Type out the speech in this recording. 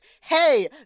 hey